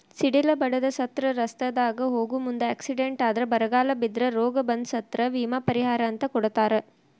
ಸಿಡಿಲ ಬಡದ ಸತ್ರ ರಸ್ತಾದಾಗ ಹೋಗು ಮುಂದ ಎಕ್ಸಿಡೆಂಟ್ ಆದ್ರ ಬರಗಾಲ ಬಿದ್ರ ರೋಗ ಬಂದ್ರ ಸತ್ರ ವಿಮಾ ಪರಿಹಾರ ಅಂತ ಕೊಡತಾರ